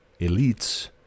elites